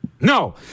No